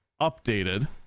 updated